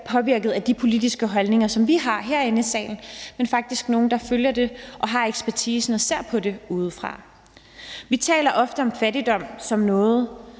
påvirket af de politiske holdninger, at vi har herinde i salen, men faktisk nogen, der følger det og har ekspertisen og ser på det udefra. Selvfølgelig skal jeg